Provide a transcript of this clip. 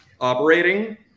operating